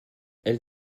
elle